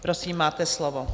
Prosím, máte slovo.